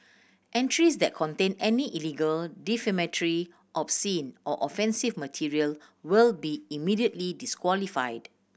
entries that contain any illegal defamatory obscene or offensive material will be immediately disqualified